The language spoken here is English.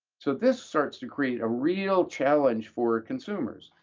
so this starts to create a real challenge for consumers.